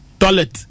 toilet